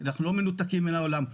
אנחנו לא מנותקים מן העולם.